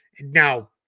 Now